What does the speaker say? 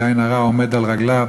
בלי עין הרע עומד על רגליו,